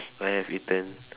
I have eaten